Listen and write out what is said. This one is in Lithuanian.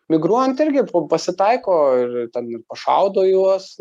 migruojant irgi pasitaiko ir ten pašaudo į juos